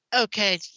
okay